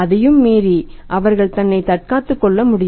அதையும் மீறி அவர் தன்னை தற்காத்துக் கொள்ள முடியும்